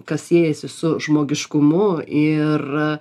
kas siejasi su žmogiškumu ir